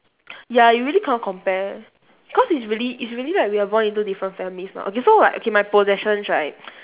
ya you really cannot compare because it's really it's really like we are born into different families mah okay so right okay my possessions right